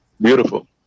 Beautiful